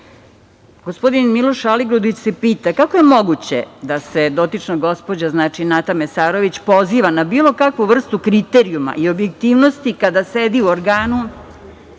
Miloš Aligrudić se pita kako je moguće da se dotična gospođa, znači Nata Mesarović, poziva na bilo kakvu vrstu kriterijuma i objektivnosti kada sedi u organu